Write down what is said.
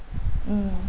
mm